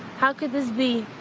how could this be?